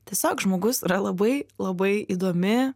tiesiog žmogus yra labai labai įdomi